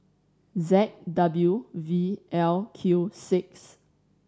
Z W V L Q six